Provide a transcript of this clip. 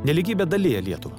nelygybė dalija lietuvą